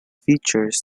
features